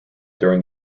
during